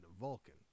Vulcan